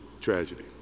tragedy